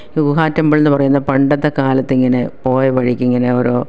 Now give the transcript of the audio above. ഈ ഗൂഹാ ടെബിളെന്ന് പറയുന്നത് പണ്ടത്തെ കാലത്ത് ഇങ്ങനെ പോയ വഴിക്ക് ഇങ്ങനെ ഓരോ